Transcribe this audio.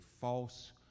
false